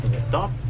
Stop